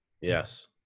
Yes